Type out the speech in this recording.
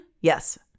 Yes